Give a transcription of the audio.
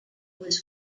was